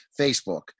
Facebook